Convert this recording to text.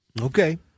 Okay